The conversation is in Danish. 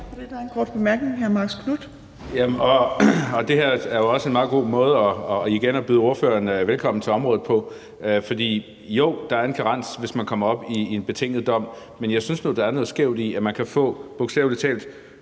Det her er jo igen også en meget god måde at byde ordføreren velkommen til området på. Jo, der er en karens, hvis man kommer op i en betinget dom. Men jeg synes nu, der er noget skævt i, at man kan få bogstavelig talt